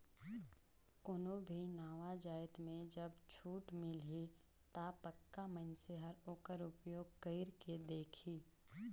कोनो भी नावा जाएत में जब छूट मिलही ता पक्का मइनसे हर ओकर उपयोग कइर के देखही